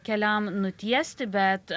keliam nutiesti bet